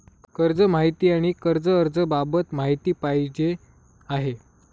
कर्ज माहिती आणि कर्ज अर्ज बाबत माहिती पाहिजे आहे